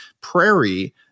prairie